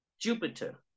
Jupiter